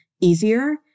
easier